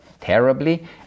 terribly